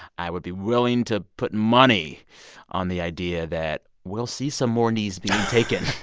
i would be willing to put money on the idea that we'll see some more knees being taken.